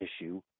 issue